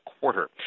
quarter